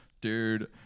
dude